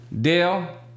Dale